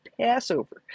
Passover